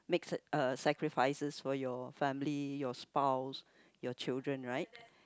makes it uh sacrifices for your family your spouse your children right